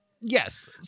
Yes